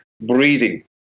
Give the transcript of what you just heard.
breathing